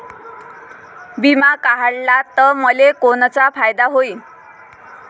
बिमा काढला त मले कोनचा फायदा होईन?